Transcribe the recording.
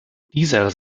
dieser